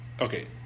Okay